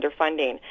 underfunding